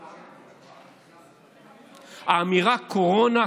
האמירה: קורונה,